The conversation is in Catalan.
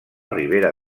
ribera